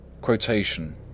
Quotation